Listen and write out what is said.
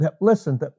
listen